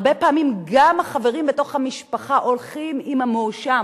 הרבה פעמים גם החברים בתוך המשפחה הולכים עם המואשם,